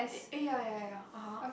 eh eh ya ya ya ya (aha)